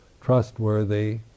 trustworthy